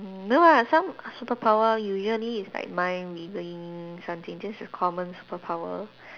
no lah some superpower usually is like mind reading something that's a common superpower